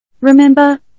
Remember